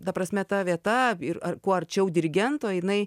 ta prasme ta vieta ir ar kuo arčiau dirigento jinai